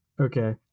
Okay